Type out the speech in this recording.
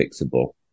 fixable